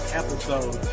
episode